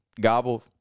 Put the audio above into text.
gobble